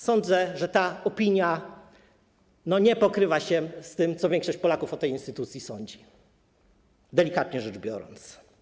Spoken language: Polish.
Sadzę, że ta opinia nie pokrywa się z tym, co większość Polaków sądzi o tej instytucji, delikatnie rzecz biorąc.